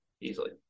easily